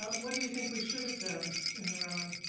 what do you think we should have done in iran?